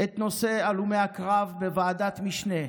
את נושא הלומי הקרב בוועדת משנה,